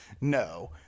No